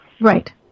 Right